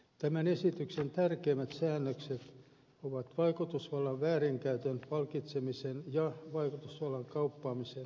tämän esityksen tärkeimmät säännökset ovat vaikutusvallan väärinkäytön palkitsemisen ja vaikutusvallan kauppaamisen kriminalisoiminen